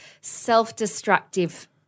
self-destructive